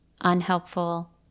unhelpful